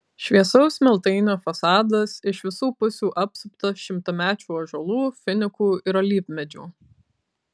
šviesaus smiltainio fasadas iš visų pusių apsuptas šimtamečių ąžuolų finikų ir alyvmedžių